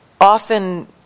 often